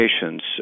patients